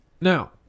Now